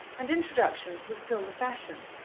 and introductions were still the fashion.